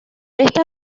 esta